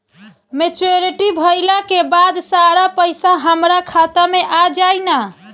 Maturity भईला के बाद सारा पईसा हमार खाता मे आ जाई न?